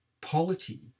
polity